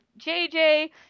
JJ